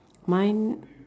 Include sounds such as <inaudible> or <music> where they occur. mine <noise>